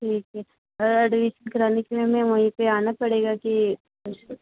ठीक है और एडमीसन कराने के लिए हमें वहीं पर आना पड़ेगा कि